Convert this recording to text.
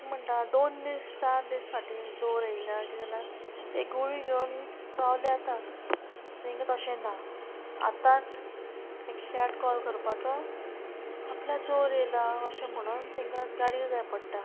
अशें म्हणटा दोन दीस चार दीस फाटीं जोर येयल्या किदें जाल्यार एक गुळी घेवन रावल्या जाता तेंगे तशें ना आतांच एकशें आट कॉल करपाचो आपल्या जोर येयला अशें म्हणून तांकां गाडयो जाय पडटा